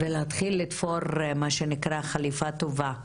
ולהתחיל לתפור מה שנקרא חליפה טובה לנשים.